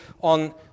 on